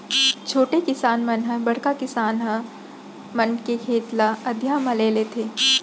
छोटे किसान मन ह बड़का किसनहा मन के खेत ल अधिया म ले लेथें